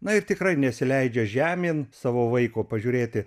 na ir tikrai nesileidžia žemėn savo vaiko pažiūrėti